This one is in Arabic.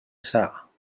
ساعة